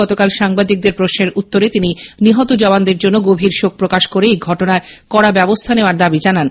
গতকাল এক সাংবাদিকদের প্রশ্নের উত্তরে তিনি নিহত জওয়ানদের জন্য গভীর শোক প্রকাশ করে এই ঘটনার কড়া ব্যবস্থা নেওয়ার দাবি জানান